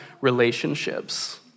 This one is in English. relationships